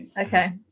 Okay